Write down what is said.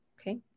Okay